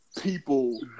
people